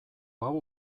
hau